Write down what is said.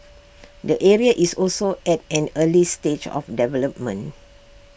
the area is also at an early stage of development